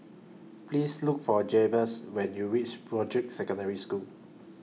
Please Look For Jabez when YOU REACH Broadrick Secondary School